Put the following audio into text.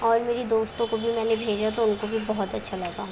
اور میری دوستوں کو بھی میں نے بھیجا تو ان کو بھی بہت اچھا لگا